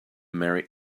marry